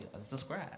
Subscribe